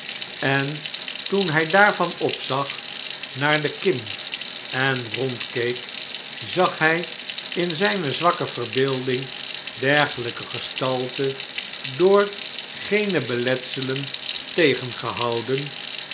en toen by daarvan opzag naar de kim en rondkeek zag hy in zjjne zwakke verbeelding dergelpe gestalten door geene beletselen tegengehouden